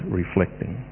reflecting